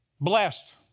Blessed